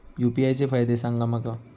UPI चे फायदे सांगा माका?